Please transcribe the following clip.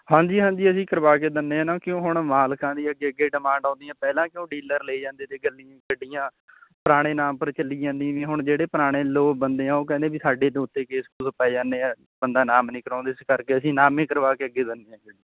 ਹਾਂਜੀ ਹਾਂਜੀ ਅਸੀਂ ਕਰਵਾ ਕੇ ਦਿੰਨੇ ਆ ਨਾ ਕਿਉਂ ਹੁਣ ਮਾਲਕਾਂ ਦੀ ਅੱਗੇ ਅੱਗੇ ਡਿਮਾਂਡ ਆਉਂਦੀ ਆਂ ਪਹਿਲਾਂ ਕਿਉਂ ਡੀਲਰ ਲੈ ਜਾਂਦੇ ਅਤੇ ਗੱਡੀ ਗੱਡੀਆਂ ਪੁਰਾਣੇ ਨਾਮ ਪਰ ਚੱਲੀ ਜਾਂਦੀ ਤੀਆਂ ਹੁਣ ਜਿਹੜੇ ਪੁਰਾਣੇ ਲੋਕ ਬੰਦੇ ਆ ਉਹ ਕਹਿੰਦੇ ਵੀ ਸਾਡੇ ਤੋਂ ਉੱਤੇ ਕੇਸ ਮਤਲਬ ਪੈ ਜਾਨੇ ਆ ਬੰਦਾ ਨਾਮ ਨਹੀਂ ਕਰਾਉਂਦੇ ਇਸ ਕਰਕੇ ਅਸੀਂ ਨਾਮ ਈ ਕਰਵਾ ਕੇ ਅੱਗੇ ਦਿੰਦੇ ਐ ਗੱਡੀ